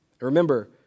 remember